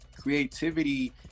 creativity